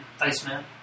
Iceman